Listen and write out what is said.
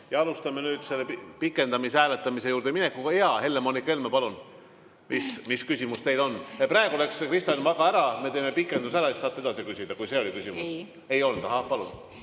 Alustame nüüd selle pikendamise hääletamise juurde minekuga. Jaa, Helle-Moonika Helme, palun! Mis küsimus teil on? Praegu läks Kristo Enn Vaga ära, me teeme pikenduse ära, siis saate edasi küsida, kui see oli küsimus. Ei olnud? Ahah, palun!